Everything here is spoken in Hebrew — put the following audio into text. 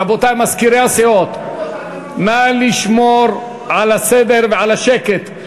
רבותי מזכירי הסיעות, נא לשמור על הסדר ועל השקט.